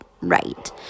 right